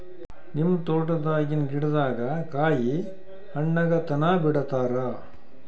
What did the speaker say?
ನಿಮ್ಮ ತೋಟದಾಗಿನ್ ಗಿಡದಾಗ ಕಾಯಿ ಹಣ್ಣಾಗ ತನಾ ಬಿಡತೀರ?